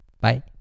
Bye